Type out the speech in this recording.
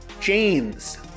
James